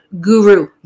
guru